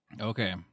Okay